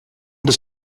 does